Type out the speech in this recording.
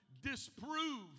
disprove